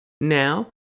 Now